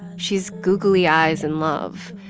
she's googly eyes in love,